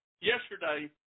Yesterday